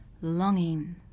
longing